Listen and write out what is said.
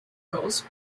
goes